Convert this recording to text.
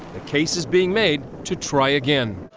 the case is being made to try again.